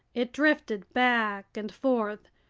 it drifted back and forth,